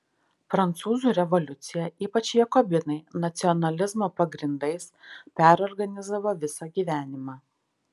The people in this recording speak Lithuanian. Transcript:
prancūzų revoliucija ypač jakobinai nacionalizmo pagrindais perorganizavo visą gyvenimą